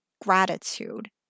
gratitude